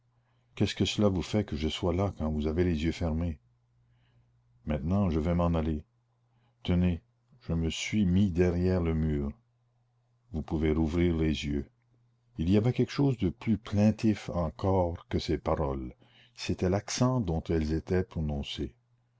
qu'est-ce que cela vous fait que je sois là quand vous avez les yeux fermés maintenant je vais m'en aller tenez je me suis mis derrière le mur vous pouvez rouvrir les yeux il y avait quelque chose de plus plaintif encore que ces paroles c'était l'accent dont elles étaient prononcées